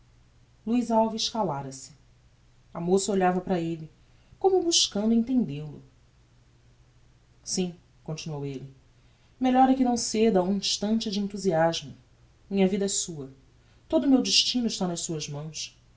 luiz alves calara se a moça olhava para elle como buscando entende lo sim continuou elle melhor é que não ceda a um instante de enthusiasmo minha vida é sua todo o meu destino está nas suas mãos